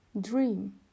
Dream